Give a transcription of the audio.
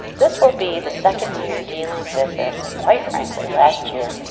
this will be the second year dealing with this, and quite frankly, last year,